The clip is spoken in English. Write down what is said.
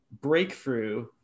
breakthrough